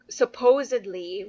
supposedly